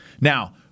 Now